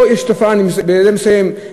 יש תופעה, בזה אני מסיים,